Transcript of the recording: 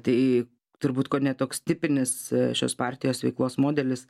tai turbūt kone toks tipinis šios partijos veiklos modelis